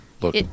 look